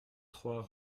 trois